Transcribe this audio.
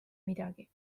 midagi